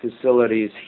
facilities